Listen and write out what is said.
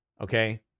okay